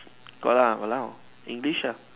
got lah !walao! English ya